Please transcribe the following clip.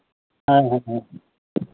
ᱦᱮᱸ ᱦᱮᱸ